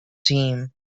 team